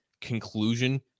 conclusion